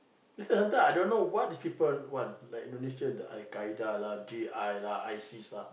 that's why sometimes I don't know what these people want like Indonesia the Al-Qaeda lah J_I lah I_S_I_S lah